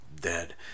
dead